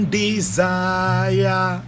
desire